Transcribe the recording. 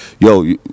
yo